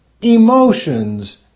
emotions